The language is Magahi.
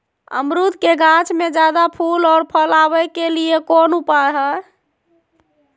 अमरूद के गाछ में ज्यादा फुल और फल आबे के लिए कौन उपाय है?